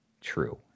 true